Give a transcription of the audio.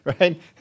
Right